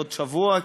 בעוד שבוע,